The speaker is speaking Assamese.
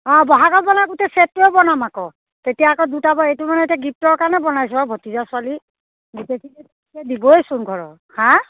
অঁ বহাগৰ বলে গোটেই ছেটটোৱে বনাম আকৌ তেতিয়া আকৌ দুটা বা এইটো মানে এতিয়া গিফ্টৰ কাৰণে বনাইছোঁ আৰু ভতিজা ছোৱালী গোটেইটো ছেট দিবইচোন ঘৰৰ হাঁ